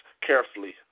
carefully